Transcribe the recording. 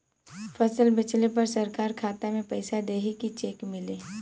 फसल बेंचले पर सरकार खाता में पैसा देही की चेक मिली?